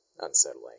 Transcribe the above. unsettling